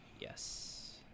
Yes